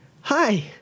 Hi